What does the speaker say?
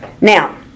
Now